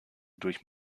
durch